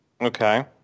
Okay